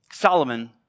Solomon